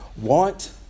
want